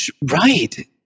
right